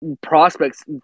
prospects